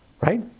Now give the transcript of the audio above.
right